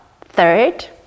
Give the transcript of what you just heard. Third